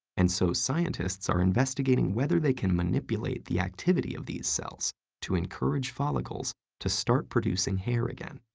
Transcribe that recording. and so scientists are investigating whether they can manipulate the activity of these cells to encourage follicles to start producing hair again.